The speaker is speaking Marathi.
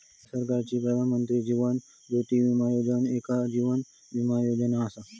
भारत सरकारची प्रधानमंत्री जीवन ज्योती विमा योजना एक जीवन विमा योजना असा